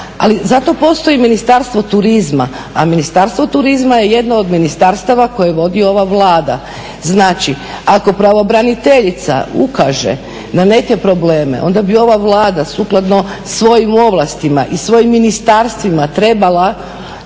Ali za to postoji Ministarstvo turizma, a Ministarstvo turizma je jedno od ministarstava koje vodi ova Vlada. Znači ako pravobraniteljica ukaže na neke probleme onda bi ova Vlada sukladno svojim ovlastima i svojim ministarstvima trebala